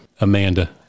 Amanda